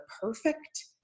perfect